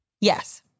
Yes